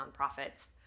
nonprofits